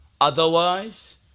Otherwise